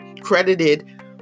credited